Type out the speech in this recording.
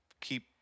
keep